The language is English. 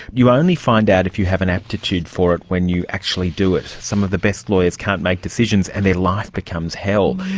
you only find out if you have an aptitude for it when you actually do it. some of the best lawyers can't make decisions and their life becomes hell.